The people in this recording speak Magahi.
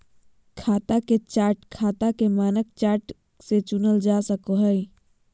खाता के चार्ट खाता के मानक चार्ट से चुनल जा सको हय